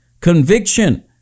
conviction